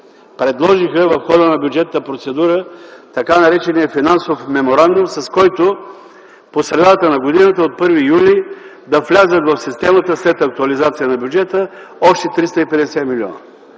предложиха в хода на бюджетната процедура така наречения Финансов меморандум, с който по средата на годината – от 1 юли, да влязат в системата след актуализация на бюджета още 350 млн.